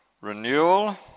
Renewal